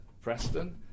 Preston